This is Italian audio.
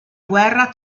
guerra